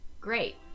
great